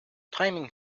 timing